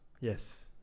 Yes